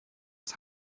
was